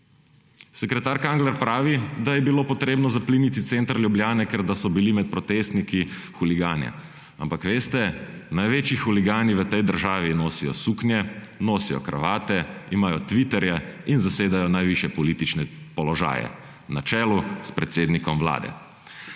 Sekretar Kangler pravi, da je bilo potrebno zapliniti center Ljubljane, ker da so bili med protestniki huligani. Ampak, veste, največji huligani v tej državi nosijo suknje, nosijo kravate, imajo Twitterje in zasedajo najvišje politične položaje na čelu s predsednikom vlade.